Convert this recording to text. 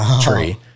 tree